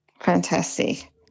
Fantastic